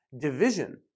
division